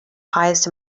highest